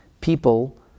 people